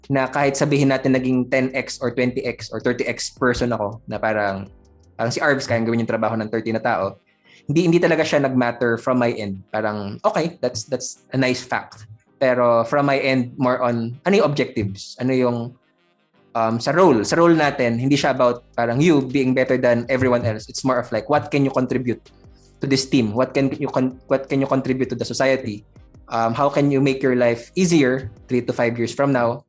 na kahit sabihin natin naging 10x or 20x or 30x person ako, na parang- parang si Arvs, kayang gawin yung trabaho ng 30 na tao, hindi- hindi talaga siya nag-matter from my end. Parang, okay, that's- that's a nice fact. Pero from my end, more on, ano yung objectives? Ano yung, um, sa role? Sa role natin, hindi siya about, parang, you being better than everyone else. It's more of like, what can you contribute to this team? What can you con- what can you contribute to the society? Um, how can you make your life easier three to five years from now?